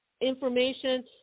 Information